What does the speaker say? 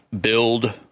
build